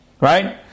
Right